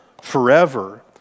forever